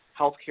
healthcare